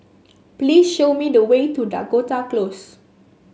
please show me the way to Dakota Close